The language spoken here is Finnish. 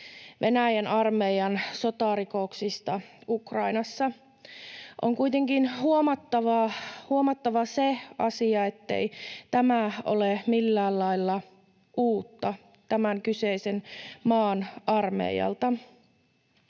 Venäjän armeijan sotarikoksista Ukrainassa. On kuitenkin huomattava se asia, ettei tämä ole millään lailla uutta tämän kyseisen maan armeijalta.